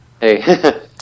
Hey